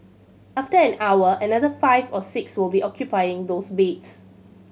after an hour another five or six will be occupying those beds